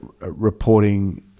reporting